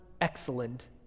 excellent